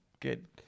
Good